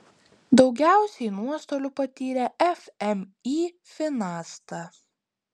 daugiausiai nuostolių patyrė fmį finasta